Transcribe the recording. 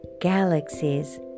galaxies